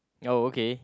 oh okay